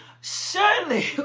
Surely